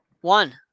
One